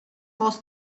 was